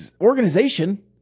organization